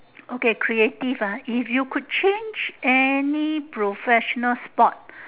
okay creative ah if you could change any professional sport